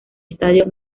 estadio